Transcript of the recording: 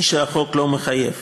לא מחייב.